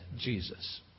Jesus